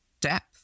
depth